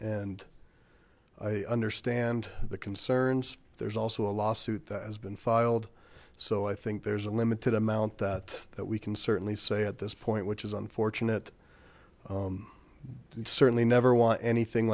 and i understand the concerns there's also a lawsuit that has been filed so i think there's a limited amount that that we can certainly say at this point which is unfortunate and certainly never want anything